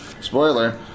Spoiler